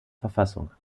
verfassung